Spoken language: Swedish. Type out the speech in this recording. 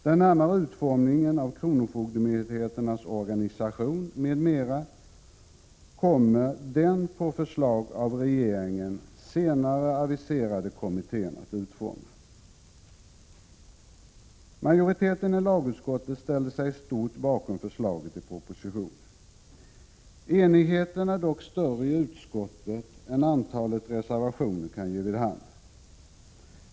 Den närmare utformningen av kronofogdemyndigheternas organisation m.m. kommer den på förslag av regeringen senare aviserade kommittén att utforma. Majoriteten i lagutskottet ställer sig i stort bakom förslagen i propositionen. Enigheten är dock större i utskottet än vad antalet reservationer kan ge vid handen.